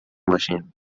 باشیم